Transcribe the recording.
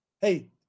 Hey